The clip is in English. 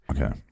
Okay